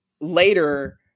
later